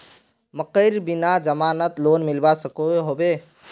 मकईर बिना जमानत लोन मिलवा सकोहो होबे?